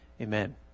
Amen